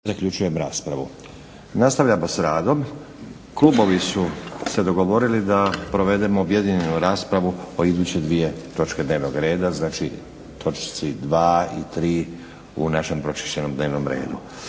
Nenad (SDP)** Nastavljamo s radom. Klubovi su se dogovorili da provedemo objedinjenu raspravu o iduće dvije točke dnevnog reda, točci 2 i 3 u našem pročišćenom redu.